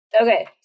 Okay